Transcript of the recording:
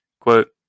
quote